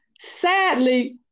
sadly